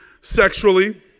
sexually